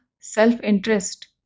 self-interest